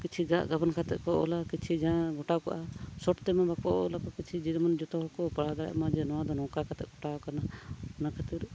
ᱠᱤᱪᱷᱤ ᱜᱟᱜ ᱜᱟᱵᱟᱱ ᱠᱟᱛᱮᱫ ᱠᱚ ᱚᱞᱟ ᱠᱤᱪᱷᱤ ᱡᱟᱦᱟᱸ ᱜᱷᱚᱴᱟᱣ ᱠᱚᱜᱼᱟ ᱥᱚᱨᱴ ᱛᱮᱢᱟ ᱵᱟᱠᱚ ᱚᱞᱟ ᱠᱤᱪᱷᱤ ᱡᱮᱢᱚᱱ ᱡᱚᱛᱚ ᱦᱚᱲ ᱠᱚ ᱯᱟᱲᱦᱟᱣ ᱫᱟᱲᱮᱭᱟᱜ ᱢᱟ ᱡᱮ ᱱᱚᱣᱟ ᱫᱚ ᱱᱚᱝᱠᱟ ᱠᱟᱛᱮᱫ ᱜᱷᱚᱴᱟᱣ ᱠᱟᱱᱟ ᱚᱱᱟ ᱠᱷᱟᱹᱛᱤᱨ